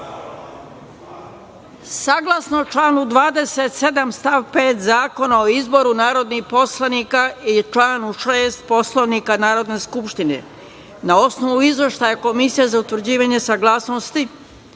Saglasno članu 27. stav 5. Zakona o izboru narodnih poslanika i članu 6. Poslovnika Narodne skupštine, na osnovu Izveštaja Komisije za utvrđivanje saglasnosti